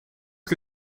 que